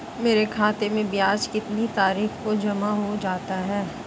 मेरे खाते में ब्याज कितनी तारीख को जमा हो जाता है?